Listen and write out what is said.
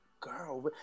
girl